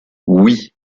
oui